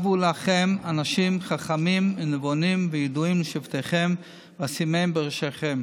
הבו לכם אנשים חכמים ונבֹנים וידֻעים לשבטיכם ואשימם בראשיכם".